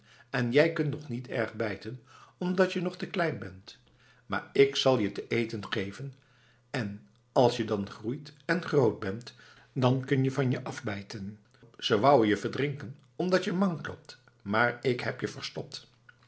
en jij kunt ook nog niet erg bijten omdat je nog te klein bent maar ik zal je te eten geven en als je dan groeit en groot bent dan kun je van je af bijten ze wouen je verdrinken omdat je mank loopt maar ik heb je verstopt